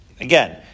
Again